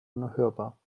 unhörbar